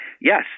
yes